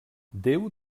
déu